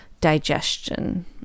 digestion